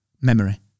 memory